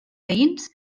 veïns